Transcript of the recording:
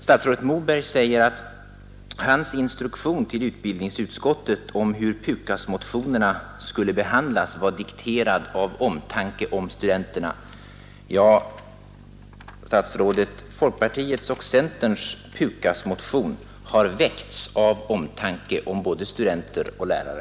Statsrådet Moberg säger, att hans instruktion till utbildningsutskottet om hur PUKAS-motionerna skulle behandlas var dikterad av omtanke om studenterna. Ja, statsrådet, folkpartiets och centerpartiets PUKAS motion har väckts av omtanke om både studenter och lärare.